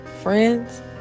friends